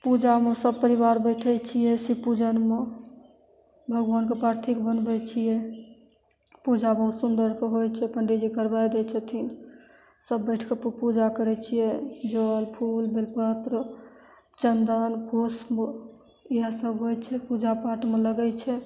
पूजामे सब परिवार बैठय छियै शिव पूजनमे भगवानके पार्थिब बनबय छियै पूजा बहुत सुन्दरसँ होइ छै पण्डी जी करबय दै छथिन सब बैठके पूजा करय छियै जल फूल बेलपत्र चन्दन पुष्प इएह सब होइ छै पूजा पाठमे लगय छै